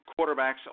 quarterbacks